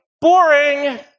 boring